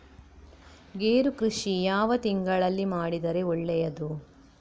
ಗೇರು ಕೃಷಿ ಯಾವ ತಿಂಗಳಲ್ಲಿ ಮಾಡಿದರೆ ಒಳ್ಳೆಯದು?